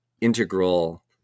integral